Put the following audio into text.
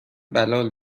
بلال